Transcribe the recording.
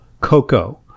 cocoa